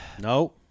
No